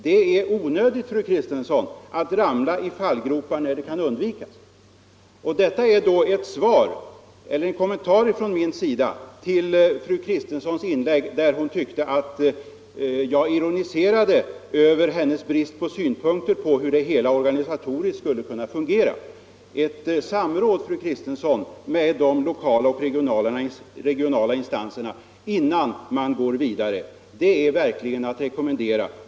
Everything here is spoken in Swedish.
Det är onödigt, fru Kristensson, att ramla i fallgropar när det kan undvikas. Detta är en kommentar från min sida till fru Kristenssons inlägg, när hon tyckte att jag ironiserade över hennes brist på synpunkter på hur det hela organisatoriskt skulle kunna fungera. Ett samråd, fru Kristensson, med de lokala och regionala instanserna innan man går vidare, det är verkligen att rekommendera.